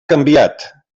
canviat